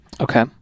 okay